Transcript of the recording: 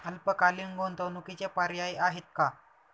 अल्पकालीन गुंतवणूकीचे पर्याय आहेत का?